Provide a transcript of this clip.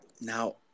now